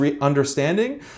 understanding